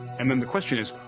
and then the question is,